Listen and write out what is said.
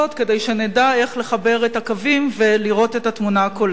שנדע איך לחבר את הקווים ולראות את התמונה הכוללת.